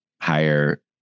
higher